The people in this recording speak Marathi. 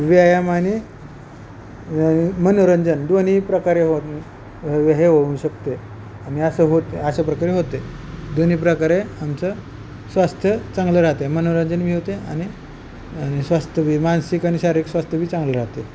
व्यायाम आणि मनोरंजन दोन्ही प्रकारे होत हे होऊ शकते आणि असं होतं आहे अशा प्रकारे होते दोन्ही प्रकारे आमचं स्वास्थ्य चांगलं राहते मनोरंजन बी होते आणि स्वास्थ्य बी मानसिक आणि शारीरिक स्वास्थ्य बी चांगलं राहते